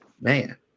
man